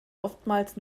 oftmals